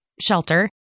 shelter